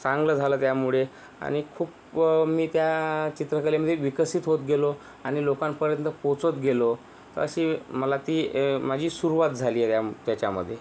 चांगलं झालं त्यामुळे आणि खूप मी त्या चित्रकलेमध्ये विकसित होत गेलो आणि लोकांपर्यंत पोचवत गेलो तर अशी मला ती माझी सुरवात झाली आहे त्या त्याच्यामध्ये